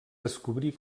descobrí